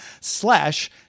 slash